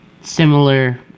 similar